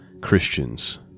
Christians